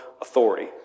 authority